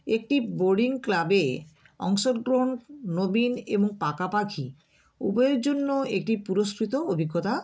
একটি বার্ডিং ক্লাবে অংশগ্রহণ নবীন এবং পাকাপাকি উভয়ের জন্য এটি পুরস্কৃত অভিজ্ঞতা